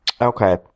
Okay